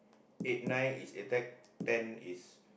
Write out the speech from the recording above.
eight nine is A tech ten is